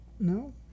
No